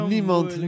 Niemand